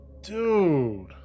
dude